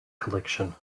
collection